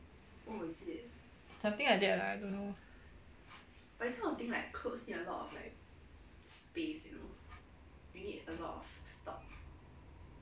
something like that lah I don't know